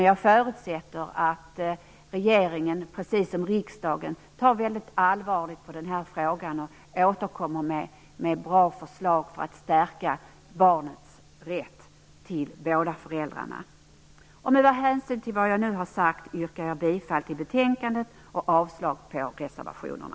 Jag förutsätter att regeringen, precis som riksdagen, tar väldigt allvarligt på den här frågan, och återkommer med bra förslag för att stärka barnets ställning när det gäller att ha rätt till båda föräldrarna. Med hänsyn till vad jag nu har sagt, yrkar jag bifall till betänkandet och avslag på reservationerna.